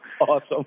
Awesome